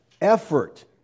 effort